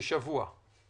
לשבוע.